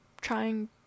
trying